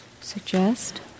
suggest